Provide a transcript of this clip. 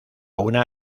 una